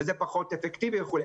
זה פחות אפקטיבי וכו'.